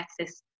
access